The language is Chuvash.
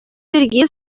пирки